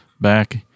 back